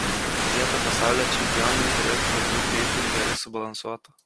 dieta pasaulio čempionei turėtų būti itin gerai subalansuota